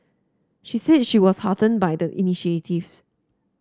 she said she was heartened by the initiatives